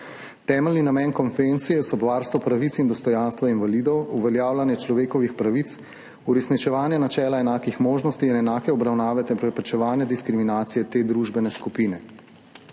Temeljni namen konvencije so varstvo pravic in dostojanstva invalidov, uveljavljanje človekovih pravic, uresničevanje načela enakih možnosti in enake obravnave ter preprečevanje diskriminacije te družbene skupine.